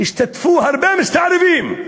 השתתפו הרבה מסתערבים.